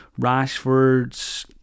Rashford